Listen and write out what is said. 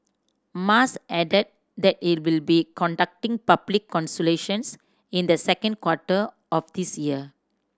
Mas added that it will be conducting public consultations in the second quarter of this year